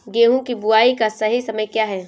गेहूँ की बुआई का सही समय क्या है?